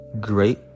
great